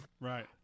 right